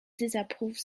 désapprouve